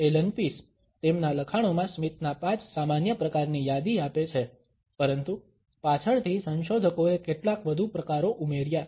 Allan Pease તેમના લખાણોમાં સ્મિતના 5 સામાન્ય પ્રકારની યાદી આપી છે પરંતુ પાછળથી સંશોધકોએ કેટલાક વધુ પ્રકારો ઉમેર્યા